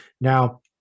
Now